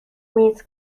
مینسک